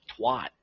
twat